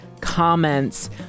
comments